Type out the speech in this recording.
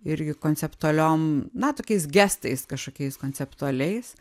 irgi konceptualiojom na tokiais gestais kažkokiais konceptualiais